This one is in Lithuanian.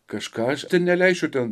kažką aš neleisčiau ten